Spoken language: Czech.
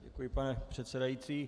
Děkuji, pane předsedající.